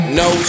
no